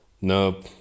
Nope